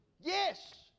Yes